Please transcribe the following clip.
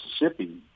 Mississippi